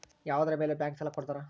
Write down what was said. ಯಾವುದರ ಮೇಲೆ ಬ್ಯಾಂಕ್ ಸಾಲ ಕೊಡ್ತಾರ?